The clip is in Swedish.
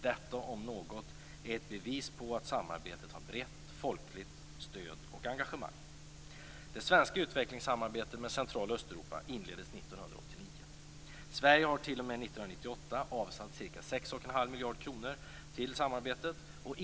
Detta, om något, är ett bevis på att samarbetet har brett folkligt stöd och engagemang. Det svenska utvecklingssamarbetet med Centraloch Östeuropa inleddes 1989. Sverige har t.o.m. 1998 avsatt ca 6 1⁄2 miljard kronor till samarbetet.